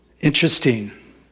Interesting